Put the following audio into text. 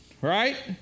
right